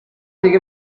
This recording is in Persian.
دیگه